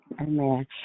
Amen